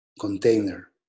container